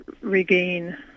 regain